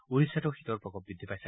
ওড়িশাতো শীতৰ প্ৰকোপ বৃদ্ধি পাইছে